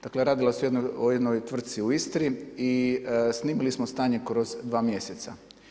Dakle radilo se o jednoj tvrtci u Istri i snimili smo stanje kroz dva mjeseca.